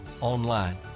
online